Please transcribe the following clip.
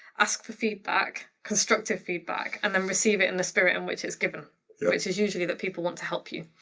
ask for feedback, constructive feedback and then receive it in the spirit in which it's given. which is usually that people want to help you.